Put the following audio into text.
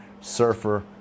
surfer